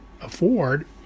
afford